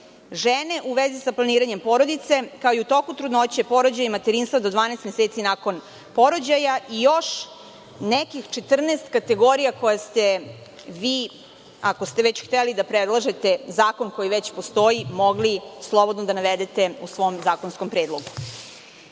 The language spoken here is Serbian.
žene u vezi sa planiranjem porodice, kao i u toku trudnoće, porođaja i materinstva do 12 meseci nakon porođaja i još nekih 14 kategorija koje ste vi, ako ste već hteli da predlažete zakon koji već postoji, mogli slobodno da navedete u svom zakonskom predlogu. Dakle,